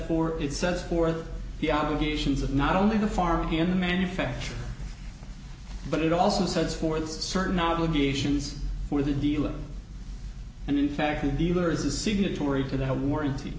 for itself for the obligations of not only the farm in the manufacture but it also sets forth certain obligations for the dealer and in fact the dealer is a signatory to the warranty